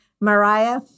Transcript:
Mariah